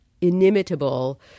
inimitable